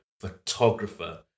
photographer